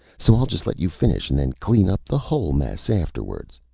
so i'll just let you finish and then clean up the whole mess afterwards.